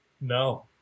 no